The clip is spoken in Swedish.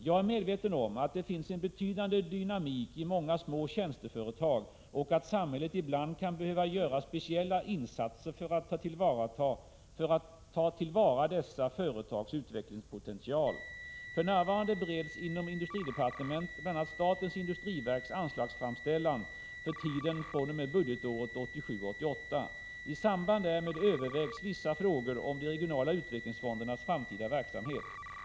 Jag är medveten om att det finns en betydande dynamik i många små tjänsteföretag och att samhället ibland kan behöva göra speciella insatser för att ta till vara dessa företags utvecklingspotential. För närvarande bereds inom industridepartementet bl.a. statens industriverks anslagsframställning för tiden fr.o.m. budgetåret 1987/88. I samband därmed övervägs vissa frågor om de regionala utvecklingsfondernas framtida verksamhet.